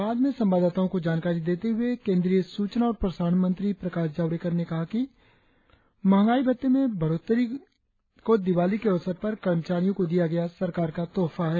बाद में संवाददाताओं को जानकारी देते हुए सूचना और प्रसारण मंत्री प्रकाश जावड़ेकर ने महंगाई भत्ते में बढ़ोत्तरी को दिवाली के अवसर पर कर्मचारियों को दिया गया सरकार का तोहफा बताया